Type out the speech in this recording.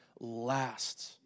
lasts